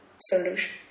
solution